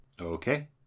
Okay